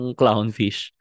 clownfish